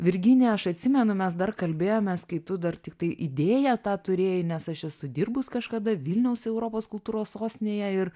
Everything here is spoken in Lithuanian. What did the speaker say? virginija aš atsimenu mes dar kalbėjomės kai tu dar tiktai idėją tą turėjai nes aš esu dirbus kažkada vilniaus europos kultūros sostinėje ir